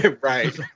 right